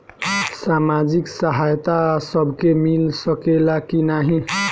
सामाजिक सहायता सबके मिल सकेला की नाहीं?